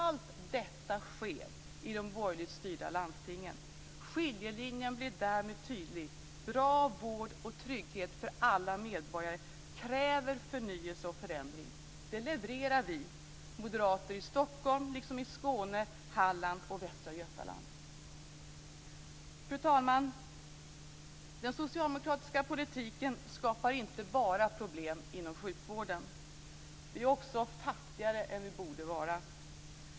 Allt detta sker i de borgerligt styrda landstingen. Skiljelinjen blir därmed tydlig. Bra vård och trygghet för alla medborgare kräver förnyelse och förändring. Det levererar vi moderater i Stockholm liksom i Skåne, Halland och Västra Götaland. Fru talman! Den socialdemokratiska politiken skapar inte bara problem inom sjukvården. Vi är också fattigare än vi borde vara.